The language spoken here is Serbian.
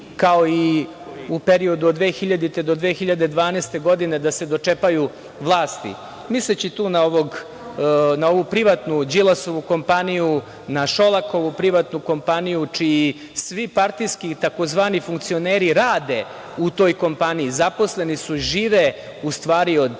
kao i u periodu od 2000. do 2012. godine da se dočepaju vlasti, misleći tu na ovu privatnu Đilasovu kompaniju, na Šolakovu privatnu kompaniju čiji svi partijskih tzv. funkcioneri rade u toj kompaniji, zaposleni su i žive u stvari od